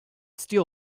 steal